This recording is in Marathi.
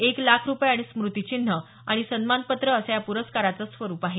एक लाख रुपये आणि स्मूतीचिन्ह तसंच सन्मानपत्र असं या पुरस्काराचं स्वरूप आहे